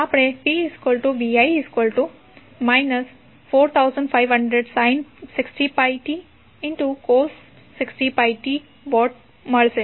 આપણને pvi 4500 sin 60πt 60πt W મળશે